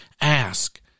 ask